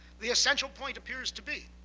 the essential point appears to be